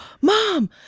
mom